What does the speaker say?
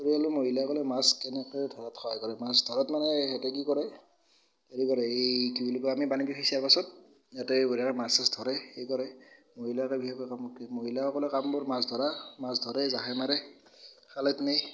পৰিয়ালৰ মহিলাসকলে মাছ কেনেকৈ ধৰাত সহায় কৰে মাছ ধৰাত মানে এই সিহঁতে কি কৰে হেৰি কৰে এই কি বুলি কয় আমি পানীটো সিঁচাৰ পিছত সিহঁতে বঢ়িয়াকৈ মাছ চাছ ধৰে হেৰি কৰে মহিলাসকল বিশেষকৈ মহিলাসকলৰ কামবোৰ মাছ ধৰা মাছ ধৰেই জাকৈ মাৰে খালৈত নেই